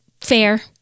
fair